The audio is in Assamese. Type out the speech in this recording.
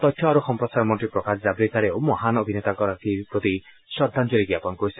তথ্য আৰু সম্প্ৰচাৰ মন্ত্ৰী প্ৰকাশ জাৱড়েকাৰেও মহান শিল্পীগৰাকীৰ প্ৰতি শ্ৰদ্দাঞ্জলি জাপন কৰিছিল